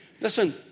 Listen